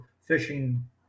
fishing